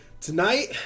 tonight